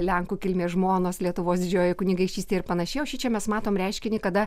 lenkų kilmės žmonos lietuvos didžiojoj kunigaikštystėj ar panašiai o šičia mes matom reiškinį kada